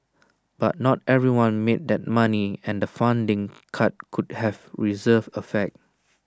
but not everyone made that money and the funding cut could have reverse effect